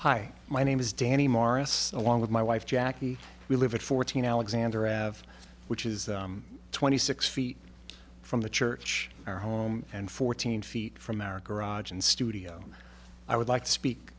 hi my name is danny morris along with my wife jackie we live at fourteen alexander av which is twenty six feet from the church our home and fourteen feet from america raj in studio i would like to speak